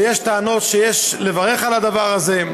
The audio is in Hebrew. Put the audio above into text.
ויש טענות שיש לברך על הדבר הזה.